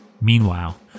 Meanwhile